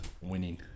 winning